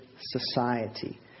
society